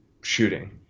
shooting